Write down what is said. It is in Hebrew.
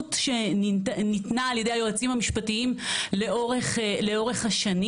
והפרשנות שניתנה על ידי היועצים המשפטיים לאורך השנים